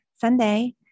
Sunday